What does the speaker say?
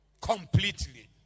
completely